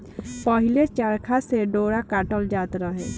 पहिले चरखा से डोरा काटल जात रहे